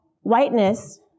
whiteness